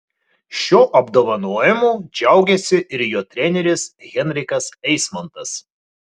šiuo apdovanojimu džiaugėsi ir jo treneris henrikas eismontas